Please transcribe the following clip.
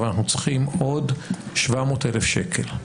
אבל אנחנו צריכים עוד 700,000 שקל,